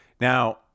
Now